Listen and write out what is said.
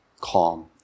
calm